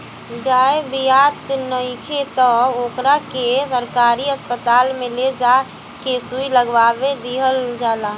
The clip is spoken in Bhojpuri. गाय बियात नइखे त ओकरा के सरकारी अस्पताल में ले जा के सुई लगवा दीहल जाला